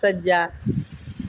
ਸੱਜਾ